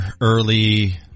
early